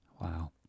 Wow